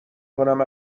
کنم